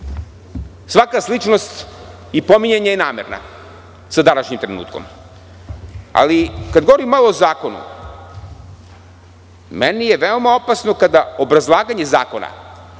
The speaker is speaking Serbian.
sličnost i pominjanje je namerna sa današnjim trenutkom, ali kada govorim malo o zakonu, meni je veoma opasno kada obrazlaganje zakona,